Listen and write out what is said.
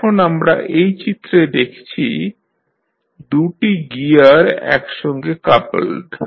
এখন আমরা এই চিত্রে দেখছি 2 টি গিয়ার একসঙ্গে কাপল্ড